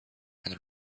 and